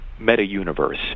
meta-universe